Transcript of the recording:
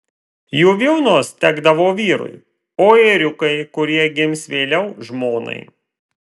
jų vilnos tekdavo vyrui o ėriukai kurie gims vėliau žmonai